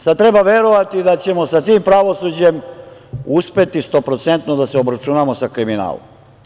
Sada treba verovati da ćemo sa tim pravosuđem uspeti stoprocentno da se obračunamo sa kriminalom.